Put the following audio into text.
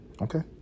Okay